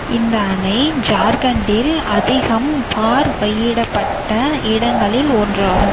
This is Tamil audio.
இந்த அணை ஜார்கண்டில் அதிகம் பார்வையிடப்பட்ட இடங்களில் ஒன்றாகும்